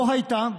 לא הייתה,